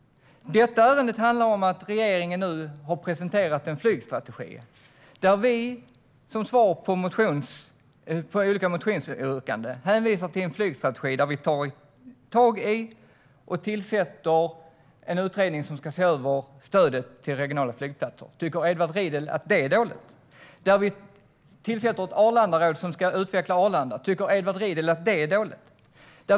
Detta ärende handlar om att regeringen nu har presenterat en flygstrategi där vi som svar på olika motionsyrkanden hänvisar till en flygstrategi där vi tar tag i och tillsätter en utredning som ska se över stödet till regionala flygplatser. Tycker Edward Riedl att det är dåligt? Vi tillsätter ett Arlandaråd som ska utveckla Arlanda. Tycker Edward Riedl att det är dåligt?